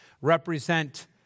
represent